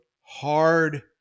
hard